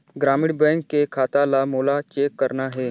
ग्रामीण बैंक के खाता ला मोला चेक करना हे?